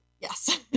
Yes